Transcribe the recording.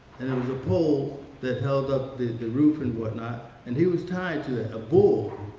was a pole that held up the the roof and whatnot. and he was tied to it. a bull.